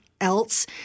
else